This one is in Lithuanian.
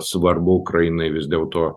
svarbu ukrainai vis dėl to